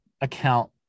account